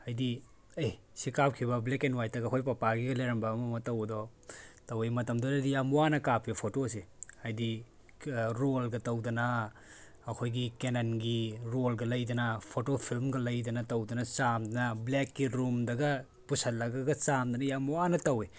ꯍꯥꯏꯗꯤ ꯑꯦ ꯁꯤ ꯀꯥꯞꯈꯤꯕ ꯕ꯭ꯂꯦꯛ ꯑꯦꯟ ꯋꯥꯏꯠꯇ ꯑꯩꯈꯣꯏ ꯄꯄꯥꯒꯤꯒ ꯂꯩꯔꯝꯕ ꯑꯃ ꯑꯃ ꯇꯧꯕꯗꯣ ꯇꯧꯋꯤ ꯃꯇꯝꯗꯨꯗꯗꯤ ꯌꯥꯝ ꯋꯥꯅ ꯀꯥꯞꯄꯦ ꯐꯣꯇꯣꯁꯦ ꯍꯥꯏꯗꯤ ꯔꯣꯜꯒ ꯇꯧꯗꯅ ꯑꯩꯈꯣꯏꯒꯤ ꯀꯦꯅꯟꯒꯤ ꯔꯣꯜꯒ ꯂꯩꯗꯅ ꯐꯣꯇꯣ ꯐꯤꯂꯝꯒ ꯂꯩꯗꯅ ꯇꯧꯗꯅ ꯆꯥꯝꯗꯅ ꯕ꯭ꯂꯦꯛꯀꯤ ꯔꯨꯝꯗꯒ ꯄꯨꯁꯤꯜꯂꯒꯒ ꯆꯥꯝꯗꯅ ꯌꯥꯝ ꯋꯥꯅ ꯇꯧꯋꯦ